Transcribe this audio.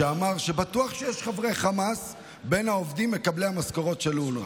שאמר: בטוח שיש חברי חמאס בין העובדים מקבלי המשכורות של אונר"א,